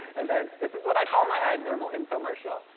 events. this is what i call my iobservable infomercial.